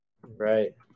Right